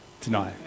tonight